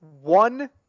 one